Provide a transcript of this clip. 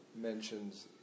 mentions